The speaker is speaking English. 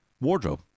wardrobe